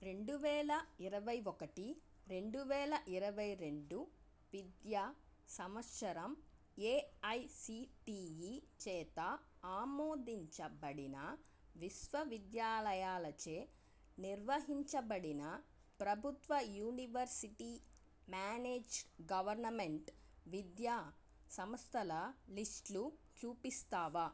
రెండువేల ఇరవై ఒకటి రెండు వేల ఇరవై రెండు విద్యా సంవత్సరం ఏఐసిటిఈ చేత ఆమోదించబడింది విశ్వవిద్యాలయాలచే నిర్వహించబడిన ప్రభుత్వ యూనివర్సిటీ మ్యానేజ్ గవర్నమెంట్ విద్య సంస్థల లిస్ట్ చూపిస్తావా